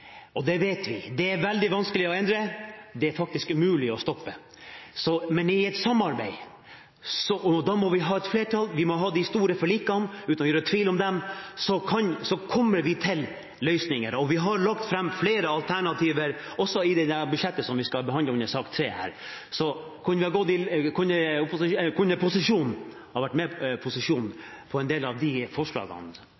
veldig vanskelig å endre – det er faktisk umulig å stoppe. Men i et samarbeid – og da må vi ha et flertall, vi må ha de store forlikene, uten å trekke dem i tvil – kommer vi til løsninger, og vi har lagt fram flere alternativer også i det budsjettet som vi behandler under sak nr. 3. Så kunne posisjonen ha